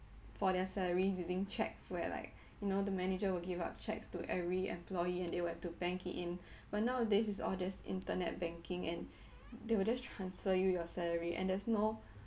for their salaries using cheques where like you know the manager will give out cheques to every employee and they will have to bank it in but nowadays it's all just internet banking and they will just transfer you your salary and there's no